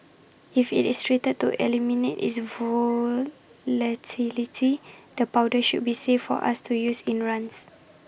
if IT is treated to eliminate its volatility the powder should be safe for us to use in runs